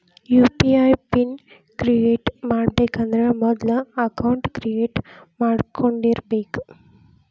UPI pin create ಮಾಡಬೇಕಂದ್ರ ಮೊದ್ಲ account create ಮಾಡ್ಕೊಂಡಿರಬೆಕ್